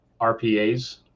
RPAs